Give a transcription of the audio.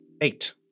Eight